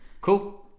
Cool